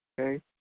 okay